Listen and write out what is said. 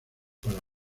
para